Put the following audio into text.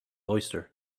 oyster